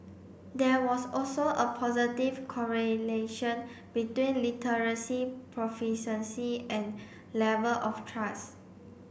there was also a positive correlation between literacy proficiency and level of trust